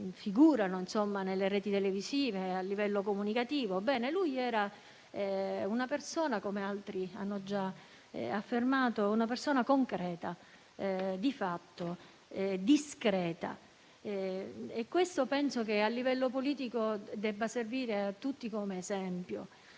figurano nelle reti televisive e a livello comunicativo; ebbene, egli era, come altri hanno già affermato, una persona concreta, di fatto, discreta. Penso che questo, a livello politico, debba servire a tutti come esempio.